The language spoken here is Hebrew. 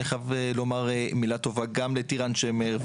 ואני חייב לומר מילה טובה גם לטיראן שמר,